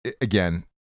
again